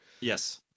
yes